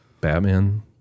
Batman